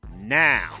now